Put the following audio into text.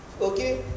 okay